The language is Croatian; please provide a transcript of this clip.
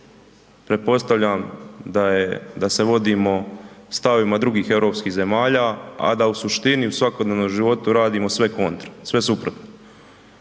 pretpostavljam da je, da se vodimo stavovima drugih europskih zemalja, a da u suštini u svakodnevnom životu radimo sve kontra, sve suprotno.